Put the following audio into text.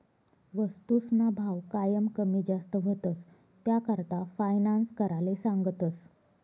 वस्तूसना भाव कायम कमी जास्त व्हतंस, त्याकरता फायनान्स कराले सांगतस